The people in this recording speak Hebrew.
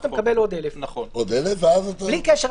תיקון חשוב.